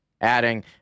adding